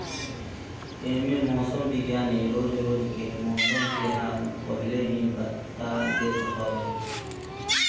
एमे मौसम विज्ञानी रोज रोज के मौसम के हाल पहिले ही बता देत हवे